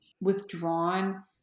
withdrawn